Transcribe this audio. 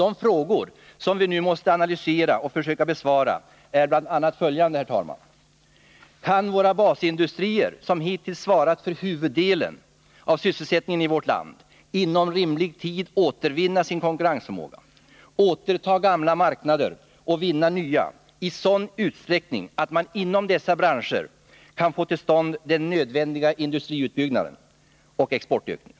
De frågor som vi nu måste analysera och söka besvara är bl.a. Kan våra basindustrier, som hittills svarat för huvuddelen av sysselsätt Torsdagen den ningen i vårt land, inom rimlig tid återvinna sin konkurrensförmåga, återta — 20 november 1980 gamla marknader och vinna nya i sådan utsträckning att man inom dessa branscher kan få till stånd den nödvändiga industriutbyggnaden och exportökningen?